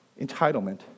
entitlement